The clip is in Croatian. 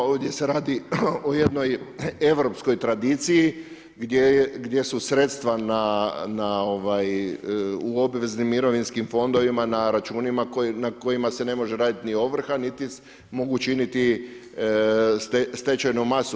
Ovdje se radi o jednoj europskoj tradiciji gdje su sredstva u obveznim mirovinskim fondovima na računima na kojima se ne može raditi ni ovrha niti mogu činiti stečajnu masu.